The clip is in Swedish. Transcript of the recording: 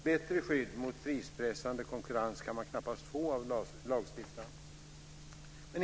Bättre skydd mot prispressande konkurrens kan man knappast få av lagstiftaren.